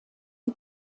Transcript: wir